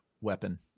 weapon